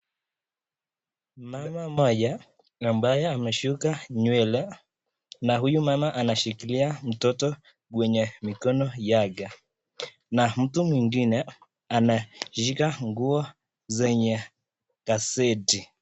Mama mmoja ambaye ameshuka nywele na huyu mama anashikilia mtoto kwenye mkono yake na mtu mwingine anashika nguo zenye gazeti.